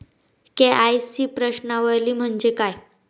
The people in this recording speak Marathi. के.वाय.सी प्रश्नावली म्हणजे काय?